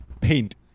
paint